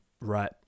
Right